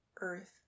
earth